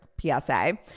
PSA